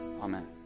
Amen